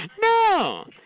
No